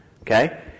okay